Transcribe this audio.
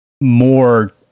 more